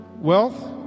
wealth